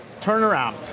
turnaround